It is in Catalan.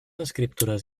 escriptures